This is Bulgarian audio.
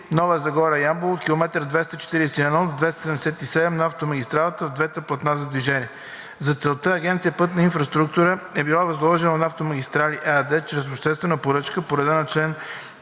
Нова Загора – Ямбол от км 241 до км 277 на автомагистралата в двете платна за движение. За целта Агенция „Пътна инфраструктура“ е била възложила на „Автомагистрали“ ЕАД чрез обществена поръчка по реда на чл.